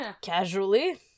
Casually